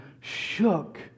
shook